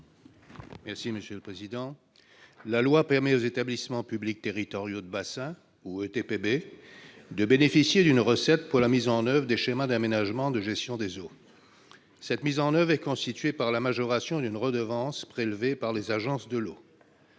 n° II-627 rectifié . La loi permet aux établissements publics territoriaux de bassin (EPTB) de bénéficier d'une recette pour la mise en oeuvre des schémas d'aménagement de gestion des eaux. Elle est constituée par la majoration d'une redevance prélevée par les agences de l'eau.